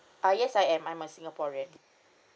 uh yes I am I'm a singaporean